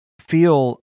feel